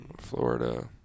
Florida